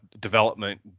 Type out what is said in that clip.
development